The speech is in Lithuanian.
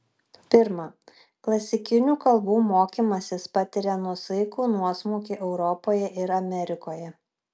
pirma klasikinių kalbų mokymasis patiria nuosaikų nuosmukį europoje ir amerikoje